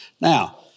Now